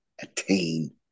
attain